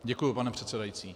Děkuji, pane předsedající.